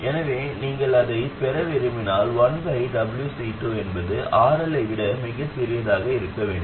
எனவே நீங்கள் அதைப் பெற விரும்பினால் 1C2 என்பது RL ஐ விட மிகச் சிறியதாக இருக்க வேண்டும்